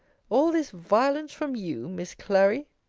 all this violence from you, miss clary?